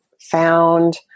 found